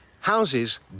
Houses